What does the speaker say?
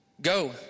go